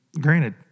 granted